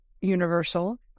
universal